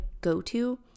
go-to